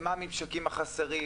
מה הממשקים החסרים,